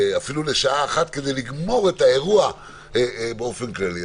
אפילו לשעה אחת, כדי לסיים את האירוע באופן כללי.